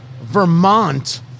Vermont